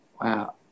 Wow